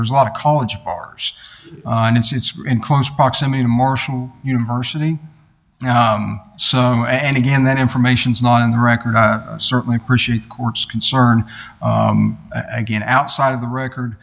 there's a lot of college bars and it's in close proximity to marshall university now and again that information is not on the record i certainly appreciate court's concern again outside of the record